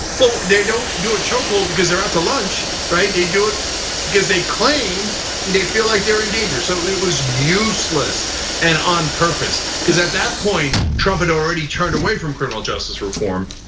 well, they don't do a chokehold because they're out to lunch, right? they do it because they claim they feel like they're in danger. so it was useless and on purpose because at that point, trump had already turned away from criminal justice reform.